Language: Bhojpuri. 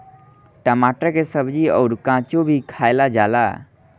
टमाटर के सब्जी अउर काचो भी खाएला जाला